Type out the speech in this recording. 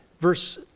verse